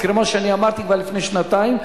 כמו שאמרתי כבר לפני שנתיים,